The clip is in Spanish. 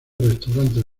restaurantes